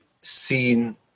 seen